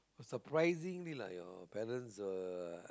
surprisingly lah your parents were